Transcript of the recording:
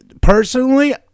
Personally